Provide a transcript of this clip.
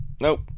Nope